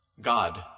God